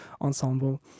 ensemble